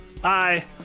Bye